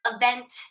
event